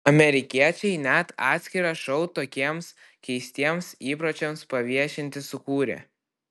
amerikiečiai net atskirą šou tokiems keistiems įpročiams paviešinti sukūrė